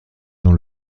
dans